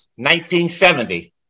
1970